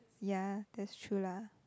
ya that's true lah